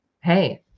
hey